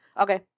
Okay